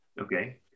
Okay